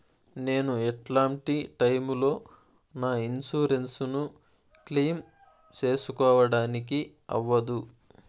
నేను ఎట్లాంటి టైములో నా ఇన్సూరెన్సు ను క్లెయిమ్ సేసుకోవడానికి అవ్వదు?